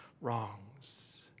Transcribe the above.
wrongs